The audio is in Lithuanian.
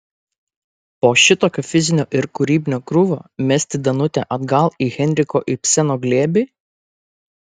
po šitokio fizinio ir kūrybinio krūvio mesti danutę atgal į henriko ibseno glėbį